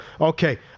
Okay